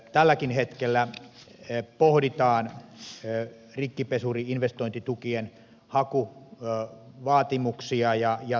tälläkin hetkellä pohditaan rikkipesuri investointitukien hakuvaatimuksia